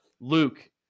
Luke